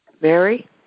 Mary